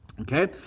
Okay